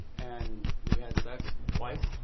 and we had sex twice,